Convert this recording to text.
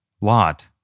Lot